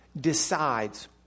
decides